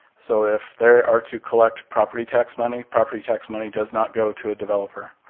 so if they are to collect property tax money, property tax money does not go to a developer.